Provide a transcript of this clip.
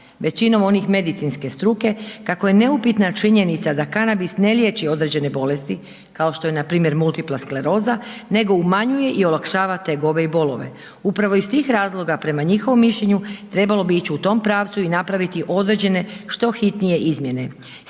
većinom onih medicinske struke kako je neupitna činjenica da kanabis ne liječi određene bolesti kao što je npr. multipla skleroza nego umanjuje i olakšava tegobe i bolove. Upravo iz tih razloga prema njihovom mišljenju trebalo bi ići u tom pravcu i napraviti određene što hitnije izmjene.